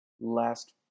last